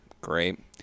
Great